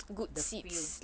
the feel